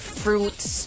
fruits